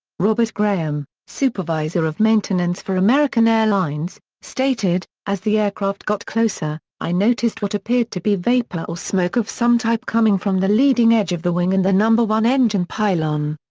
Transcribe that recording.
robert graham, supervisor of maintenance for american airlines, stated, as the aircraft got closer, i noticed what appeared to be vapor or smoke of some type coming from the leading edge of the wing and the no. one engine pylon.